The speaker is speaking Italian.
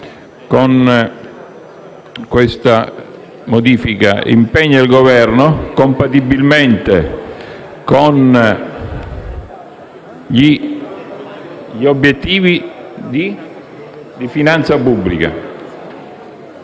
il riutilizzo, impegna il Governo, compatibilmente con gli obiettivi di finanza pubblica: